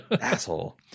Asshole